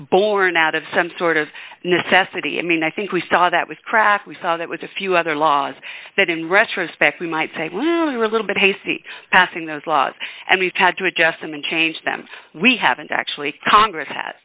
born out of some sort of necessity i mean i think we saw that was cracked we thought it was a few other laws that in retrospect we might say well we were a little bit hasty passing those laws and we've had to adjust them and change them we haven't actually congress that